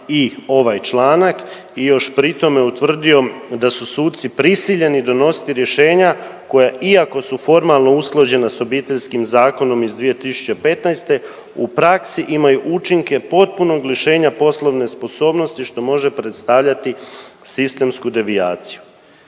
i ovaj članak i još pri tome utvrdio da su suci prisiljeni donositi rješenja koja, iako su formalno usklađena s Obiteljskim zakonom iz 2015., u praksi imaju učinke potpunog lišenja poslovne sposobnosti, što može predstavljati sistemsku devijaciju.